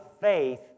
faith